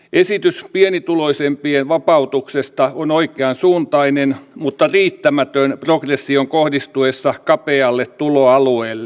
esitys pienituloisimpien vapautuksesta on oikeansuuntainen mutta riittämätön progression kohdistuessa kapealle tuloalueelle